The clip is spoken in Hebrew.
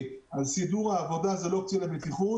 על סידור העבודה זה לא קצין הבטיחות,